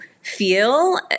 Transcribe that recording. feel